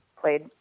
played